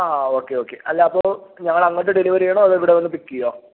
ആ okay okay അല്ലാ അപ്പോൾ ഞങ്ങൾ അങ്ങോട്ട് ഡെലിവറ് ചെയ്യണോ അതോ ഇവിടെ വന്ന് പിക്ക് ചെയ്യോ